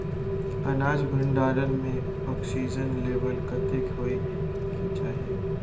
अनाज भण्डारण म ऑक्सीजन लेवल कतेक होइ कऽ चाहि?